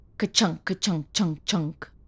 ka-chunk-ka-chunk-chunk-chunk